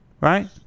right